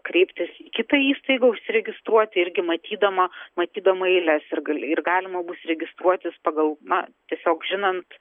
kreiptis į kitą įstaigą užsiregistruoti irgi matydama matydama eiles ir gali ir galima bus registruotis pagal na tiesiog žinant